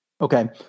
Okay